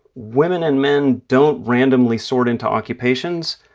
women and men don't randomly sort into occupations,